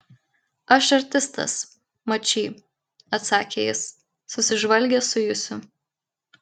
aš artistas mačy atsakė jis susižvalgęs su jusiu